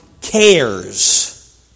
cares